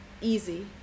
easy